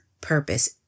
purpose